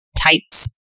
tights